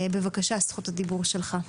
בבקשה, זכות הדיבור שלך.